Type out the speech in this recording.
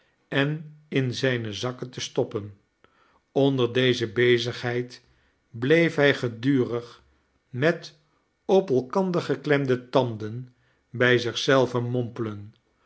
en in zijne zakken te stoppen onder deze bezigheid bleef hij gedurig met op elkander geklemde tanden bij zich zelven mompelen